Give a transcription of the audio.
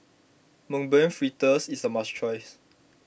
Mung Bean Fritters is a must tries